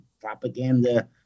propaganda